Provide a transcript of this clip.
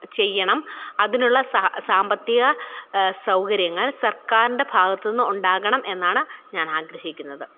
ചെയ്യണം അതിനുള്ള സാമ്പത്തിക സൗകര്യങ്ങള് സര്ക്കാരിന്റെ ഭാഗത്ത് നിന്ന് ഉണ്ടാകണം എന്നാണ് ഞാൻ ആഗ്രഹിക്കുന്നത്